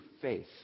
faith